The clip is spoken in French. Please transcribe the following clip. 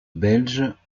belge